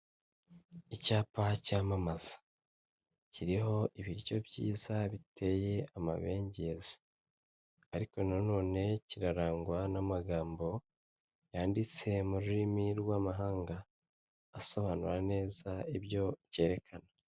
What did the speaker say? Icyapa cyamamaza kiriho ibiryo byiza biteye amabengeza ariko nanone kirarangwa n'amagambo yanditse mu rurimi rw'amahanga asobanura neza ibyo cyerekana.